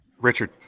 Richard